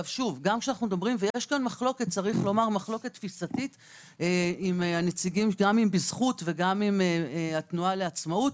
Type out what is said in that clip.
יש מחלוקת תפיסתית גם עם בזכות וגם עם התנועה לעצמאות,